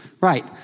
Right